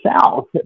south